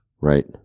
Right